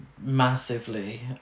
massively